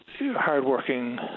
hardworking